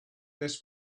this